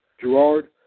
Gerard